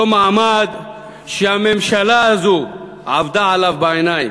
אותו מעמד שהממשלה הזאת עבדה עליו בעיניים,